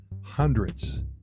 hundreds